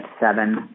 seven